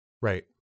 right